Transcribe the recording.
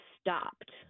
stopped